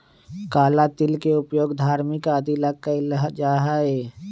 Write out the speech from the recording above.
काला तिल के उपयोग धार्मिक आदि ला कइल जाहई